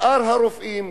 שאר הרופאים,